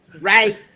right